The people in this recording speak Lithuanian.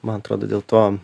man atrodo dėl to